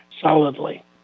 solidly